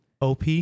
OP